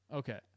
Okay